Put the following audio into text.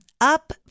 Up